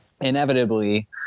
inevitably